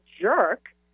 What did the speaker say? jerk